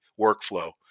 workflow